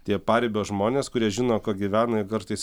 tie paribio žmonės kurie žino kuo gyvena jie kartais